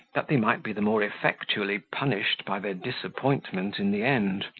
that they might be the more effectually punished by their disappointment in the end.